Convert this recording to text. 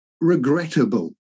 regrettable